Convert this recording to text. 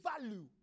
value